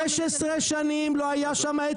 יש לנו היתר לשימוש חורג --- 16 שנים לא היה שם היתר,